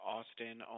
Austin